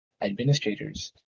administrators